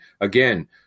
again